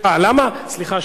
סליחה,